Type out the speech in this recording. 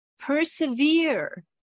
persevere